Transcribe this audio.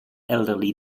elderly